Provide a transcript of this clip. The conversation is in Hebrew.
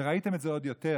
וראיתם את זה עוד יותר,